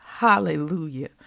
Hallelujah